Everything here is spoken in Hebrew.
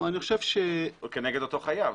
אבל אני חושב ש --- או כנגד אותו חייב.